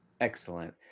Excellent